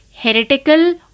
heretical